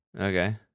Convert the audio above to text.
Okay